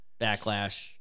backlash